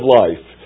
life